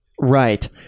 right